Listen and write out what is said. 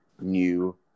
new